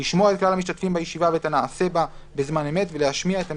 לשמוע את כלל המשתתפים בישיבה ואת הנעשה בה בזמן אמת ולהשמיע את עמדתם.